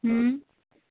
हूं